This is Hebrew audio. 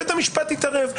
בית המשפט יתערב.